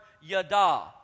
yada